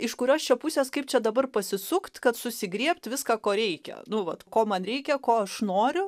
iš kurios čia pusės kaip čia dabar pasisukt kad susigriebt viską ko reikia nu vat ko man reikia ko aš noriu